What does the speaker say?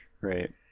Right